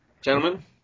Gentlemen